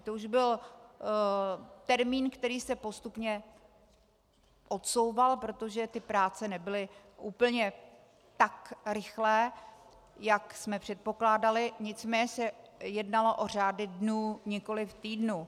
To už byl termín, který se postupně odsouval, protože ty práce nebyly úplně tak rychlé, jak jsme předpokládali, nicméně se jednalo o řády dnů, nikoliv týdnů.